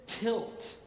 tilt